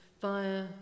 via